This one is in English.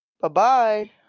Bye-bye